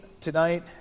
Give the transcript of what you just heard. tonight